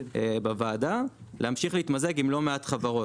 בוועדה להמשיך להתמזג עם לא מעט חברות.